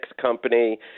company